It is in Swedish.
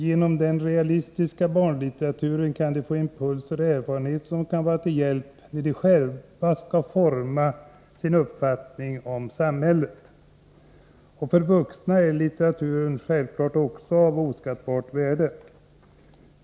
Genom den realistiska barnlitteraturen kan de få impulser och erfarenheter som kan vara till hjälp när de själva skall forma sin uppfattning om samhället. För vuxna är litteraturen självfallet också av oskattbart värde.